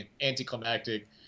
anticlimactic